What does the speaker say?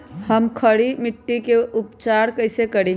हम खड़ी मिट्टी के उपचार कईसे करी?